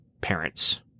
parents